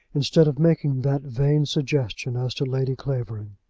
instead of making that vain suggestion as to lady clavering?